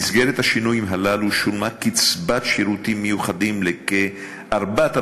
במסגרת השינויים הללו שולמה קצבת שירותים מיוחדים לכ-4,000